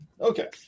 Okay